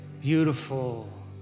Beautiful